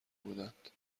بودند